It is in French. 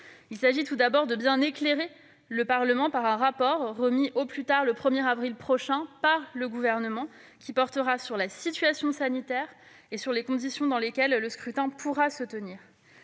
Il s'agit tout d'abord de bien éclairer le Parlement par un rapport, qui sera remis au plus tard le 1 avril prochain par le Gouvernement. Il portera sur la situation sanitaire et les conditions dans lesquelles le scrutin pourra se tenir.